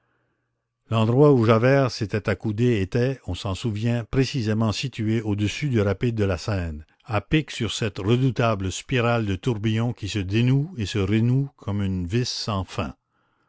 l'endroit où javert s'était accoudé était on s'en souvient précisément situé au-dessus du rapide de la seine à pic sur cette redoutable spirale de tourbillons qui se dénoue et se renoue comme une vis